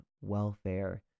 welfare